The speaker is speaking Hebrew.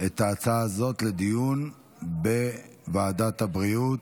את ההצעה הזאת לדיון בוועדת הבריאות.